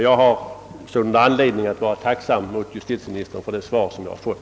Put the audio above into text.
Jag har således anledning att vara tacksam mot justitieministern för det svar som jag fått.